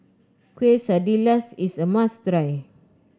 quesadillas is a must try